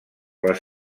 les